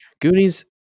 Goonies